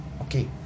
okay